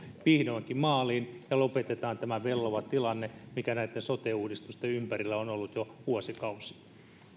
vihdoinkin maaliin ja lopetetaan tämä vellova tilanne mikä näitten sote uudistusten ympärillä on ollut jo vuosikausia